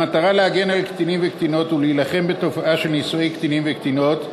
במטרה להגן על קטינים וקטינות ולהילחם בתופעה של נישואי קטינים וקטינות,